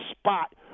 spot